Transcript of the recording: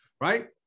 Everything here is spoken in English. right